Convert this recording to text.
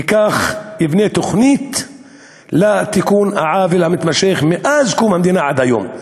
וכך יבנה תוכנית לתיקון העוול המתמשך מאז קום המדינה עד היום.